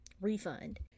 refund